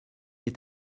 est